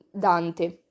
Dante